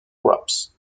crops